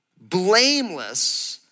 blameless